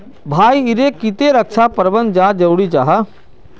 भाई ईर केते रक्षा प्रबंधन चाँ जरूरी जाहा?